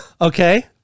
Okay